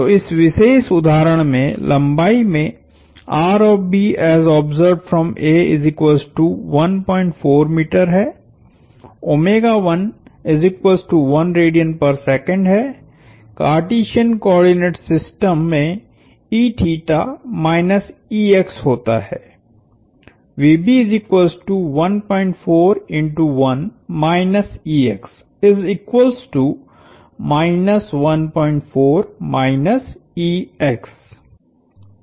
तो इस विशेष उदाहरण में लंबाई मेंहैहै कार्टिसियन कोआर्डिनेट सिस्टम में होता है